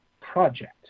project